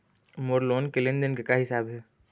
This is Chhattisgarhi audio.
मोर लोन के लेन देन के का हिसाब हे?